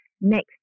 Next